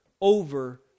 over